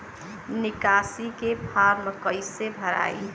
निकासी के फार्म कईसे भराई?